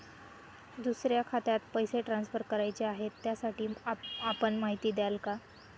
दुसऱ्या खात्यात पैसे ट्रान्सफर करायचे आहेत, त्यासाठी आपण माहिती द्याल का?